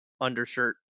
undershirt